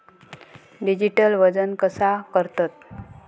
Digital वजन कसा करतत?